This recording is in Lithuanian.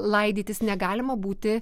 laidytis negalima būti